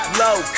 low